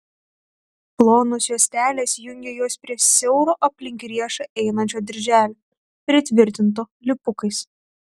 plonos juostelės jungė juos prie siauro aplink riešą einančio dirželio pritvirtinto lipukais